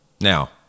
Now